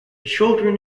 children